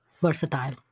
versatile